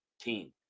team